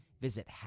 Visit